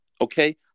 Okay